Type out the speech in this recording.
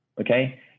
okay